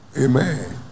Amen